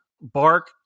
Bark